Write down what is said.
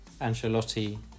Ancelotti